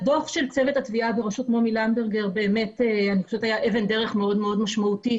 הדוח של צוות התביעה בראשות מומי למברגר היה אבן דרך מאוד מאוד משמעותית